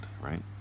right